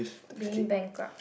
being bankrupt